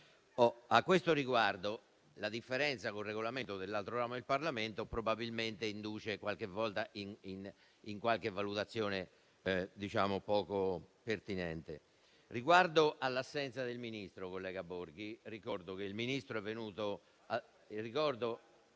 A questo riguardo, la differenza con il Regolamento dell'altro ramo del Parlamento probabilmente induce qualche volta a qualche valutazione poco pertinente. Riguardo all'assenza del Ministro, attraverso il suo tramite,